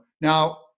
Now